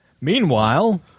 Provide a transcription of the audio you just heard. Meanwhile